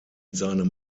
seinem